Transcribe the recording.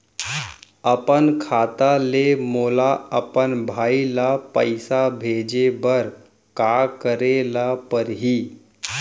अपन खाता ले मोला अपन भाई ल पइसा भेजे बर का करे ल परही?